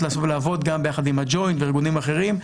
ולעבוד גם ביחד עם הג'וינט וארגונים אחרים,